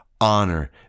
honor